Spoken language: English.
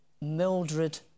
Mildred